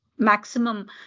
maximum